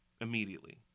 immediately